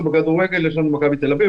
בכדורגל מכבי תל אביב,